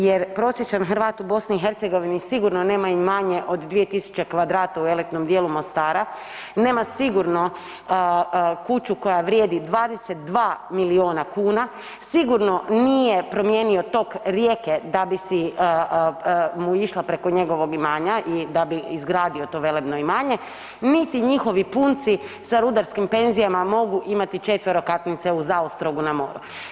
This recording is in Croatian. Jer prosječan Hrvat u Bosni i Hercegovini sigurno nema imanje od 2000 kvadrata u elitnom dijelu Mostara, nema sigurno kuću koja vrijedi 22 milijuna kuna, sigurno nije promijenio tok rijeke da bi išla preko njegovog imanja i da bi izgradio to velebno imanje, niti njihovi punci sa rudarskim penzijama mogu imati četverokatnice u Zaostrogu na moru.